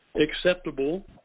acceptable